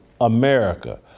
America